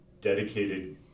dedicated